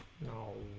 no